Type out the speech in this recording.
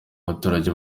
baturage